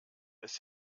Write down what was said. ist